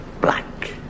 black